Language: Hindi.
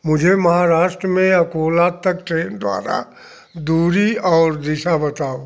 मुझे महाराष्ट्र में अकोला तक ट्रेन द्वारा दूरी और दिशा बताओ